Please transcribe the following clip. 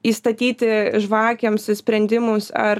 įstatyti žvakėms sprendimus ar